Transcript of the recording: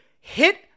hit